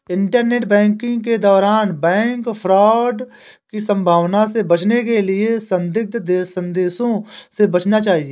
internet banking के दौरान bank fraud की संभावना से बचने के लिए संदिग्ध संदेशों से बचना चाहिए